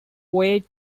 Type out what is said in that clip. voyage